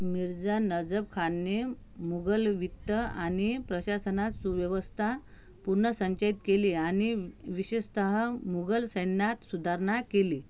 मिर्झा नजफ खानने मुघल वित्त आणि प्रशासनात सुव्यवस्था पुनर्संचयित केली आणि विशेषत मुघल सैन्यात सुधारणा केली